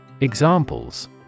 Examples